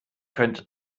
könnte